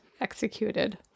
executed